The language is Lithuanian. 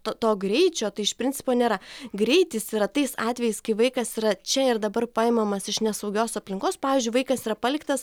to greičio tai iš principo nėra greitis yra tais atvejais kai vaikas yra čia ir dabar paimamas iš nesaugios aplinkos pavyzdžiui vaikas yra paliktas